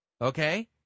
okay